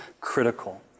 critical